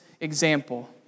example